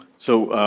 so,